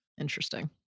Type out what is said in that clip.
Interesting